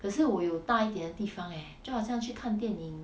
可是我有大一点的地方 eh 就好像去看电影